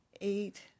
eight